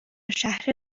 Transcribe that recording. شهر